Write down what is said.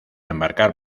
embarcar